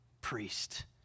Priest